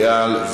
איל,